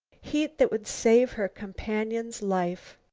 heat that would save her companion's life.